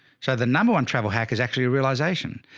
so the number one travel hack is actually a realization.